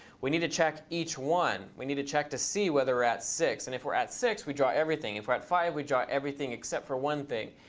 we need to check each one. we need to check to see whether we're at six. and if we're at six, we draw everything. if we're at five, we draw everything except for one thing.